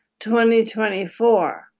2024